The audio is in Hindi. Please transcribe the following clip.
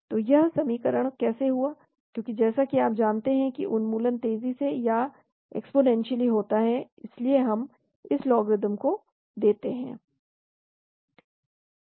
तो यह समीकरण कैसे हुआ क्योंकि जैसा कि आप जानते हैं कि उन्मूलन तेजी से या एक्स्पोनेन्शली होता है तो इसलिए हम इस लॉगरिदम को लेते हैं